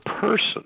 person